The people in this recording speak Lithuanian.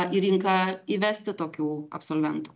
į rinką įvesti tokių absolventų